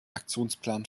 aktionsplan